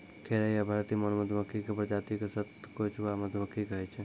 खैरा या भारतीय मौन मधुमक्खी के प्रजाति क सतकोचवा मधुमक्खी कहै छै